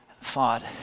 fought